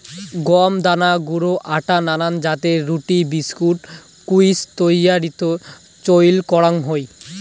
গম দানা গুঁড়া আটা নানান জাতের রুটি, বিস্কুট, কুকিজ তৈয়ারীত চইল করাং হই